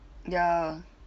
ya